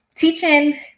Teaching